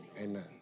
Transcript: amen